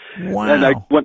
Wow